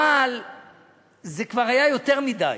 אבל זה כבר היה יותר מדי,